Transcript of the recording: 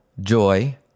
joy